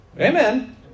amen